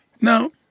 Now